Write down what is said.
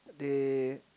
they